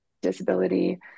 disability